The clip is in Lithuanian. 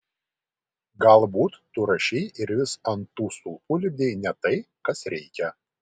galbūt tu rašei ir vis ant tų stulpų lipdei ne tai kas reikia